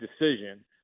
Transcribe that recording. decision